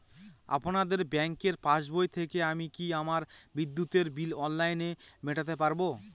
আপনাদের ব্যঙ্কের পাসবই থেকে আমি কি আমার বিদ্যুতের বিল অনলাইনে মেটাতে পারবো?